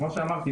כמו שאמרתי,